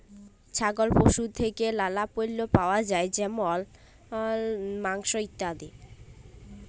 ছাগল পশু থেক্যে লালা পল্য পাওয়া যায় যেমল মাংস, ইত্যাদি